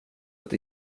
att